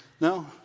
no